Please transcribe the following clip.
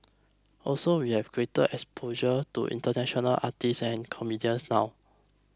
also we have greater exposure to international artists and comedians now